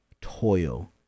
toil